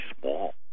small